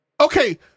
Okay